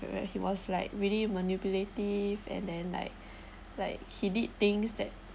where he was like really manipulative and then like like he did things that